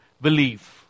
belief